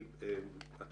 אתה